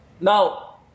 Now